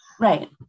Right